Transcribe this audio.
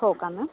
हो का मॅम